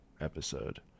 episode